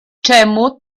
czemu